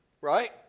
right